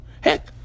Heck